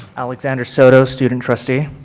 alexander soto, student trustee.